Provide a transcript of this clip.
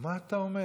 מה אתה אומר?